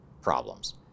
problems